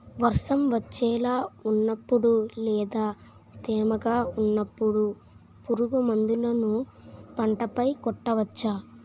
వర్షం వచ్చేలా వున్నపుడు లేదా తేమగా వున్నపుడు పురుగు మందులను పంట పై కొట్టవచ్చ?